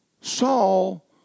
Saul